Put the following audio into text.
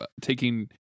taking